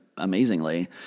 amazingly